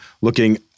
looking